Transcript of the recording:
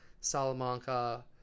Salamanca